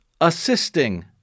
assisting